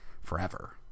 forever